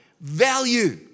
value